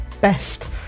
best